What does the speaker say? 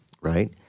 right